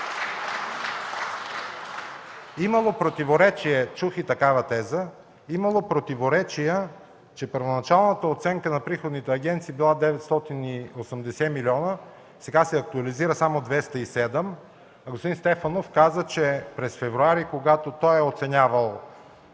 Имало противоречия – чух и такава теза, че първоначалната оценка на приходните агенции била 980 милиона, сега се актуализират само 207. Господин Стефанов каза, че през февруари, когато той е оценявал